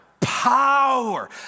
power